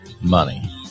money